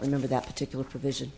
remember that particular provision